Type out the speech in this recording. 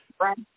Right